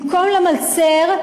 במקום למלצר,